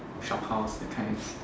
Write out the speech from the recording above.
shop house that kind